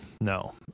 no